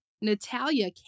Natalia